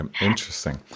interesting